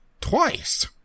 twice